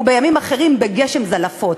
ובימים אחרים בגשם זלעפות?